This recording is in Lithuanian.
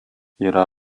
yra